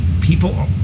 people